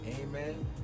Amen